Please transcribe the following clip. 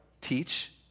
teach